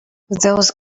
those